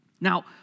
Now